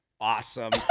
awesome